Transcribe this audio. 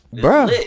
Bro